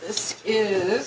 this is